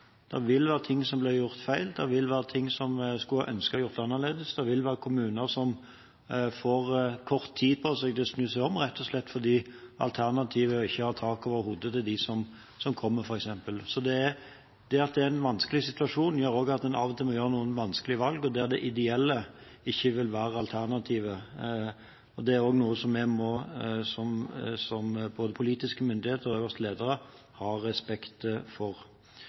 vil være ting som blir gjort feil, det vil være ting som vi skulle ønske var gjort annerledes, det vil være kommuner som får kort tid på seg til å snu seg om, rett og slett fordi alternativet er ikke å ha tak over hodet til dem som kommer, f.eks. Så det at det er en vanskelig situasjon, gjør også at en av og til må gjøre noen vanskelige valg, og der det ideelle ikke vil være alternativet. Det er også noe som vi både som politiske myndigheter og øverste ledere må ha respekt for.